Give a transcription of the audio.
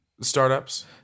startups